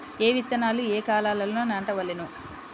ఏ విత్తనాలు ఏ కాలాలలో నాటవలెను?